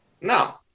no